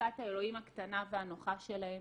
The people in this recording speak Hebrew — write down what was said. חלקת האלוהים הקטנה והנוחה שלהם.